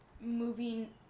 moving